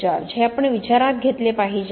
George हे आपण विचारात घेतले पाहिजे